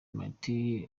martin